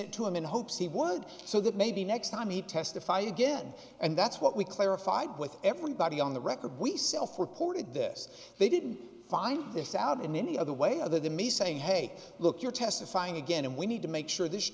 it to him in hopes he would so that maybe next time he testified again and that's what we clarified with everybody on the record we self or ported this they didn't find this out in any other way other than me saying hey look you're testifying again and we need to make sure this